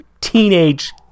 teenage